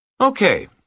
Okay